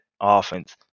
offense